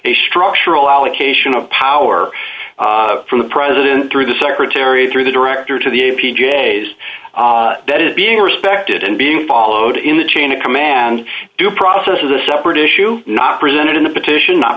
a structural allocation of power from the president through the secretary through the director to the a p j s that is being respected and being followed in the chain of command due process is a separate issue not presented in the petition not